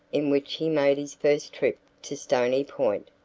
in which he made his first trip to stony point,